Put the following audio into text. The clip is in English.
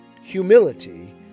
Humility